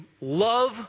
love